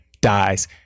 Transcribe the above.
dies